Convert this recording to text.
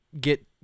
get